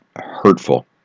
hurtful